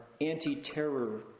anti-terror